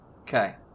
Okay